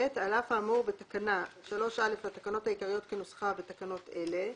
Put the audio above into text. על אף האמור בתקנה 3א לתקנות העיקריות כנוסחה בתקנות אלה,